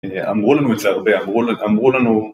אמרו לנו את זה הרבה, אמרו לנו